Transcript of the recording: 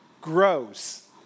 grows